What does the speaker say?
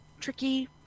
tricky